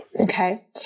Okay